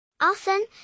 Often